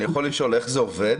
אני יכול לשאול איך זה עובד?